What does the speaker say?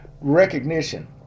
recognition